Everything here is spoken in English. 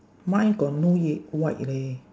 mine got no ye~ white leh